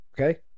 Okay